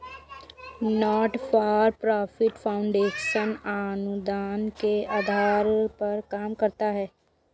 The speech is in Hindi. नॉट फॉर प्रॉफिट फाउंडेशन अनुदान के आधार पर काम करता है